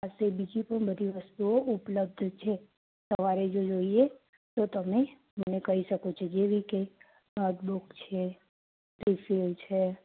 પાસે બીજી પણ બધી વસ્તુઓ ઉપલબ્ધ છે તમારે જો જોઈએ તો તમે મને કહી સકો છો જેવી કે દૂક છે રિફિલ છે